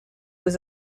was